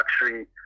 luxury